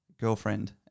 girlfriend